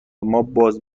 ماباز